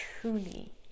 truly